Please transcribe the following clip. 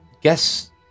guess